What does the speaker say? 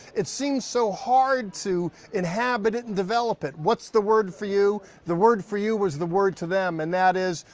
it seems so hard to inhabit it and develop it. what's the word for you? the word for you is the word to them, and that is,